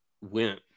went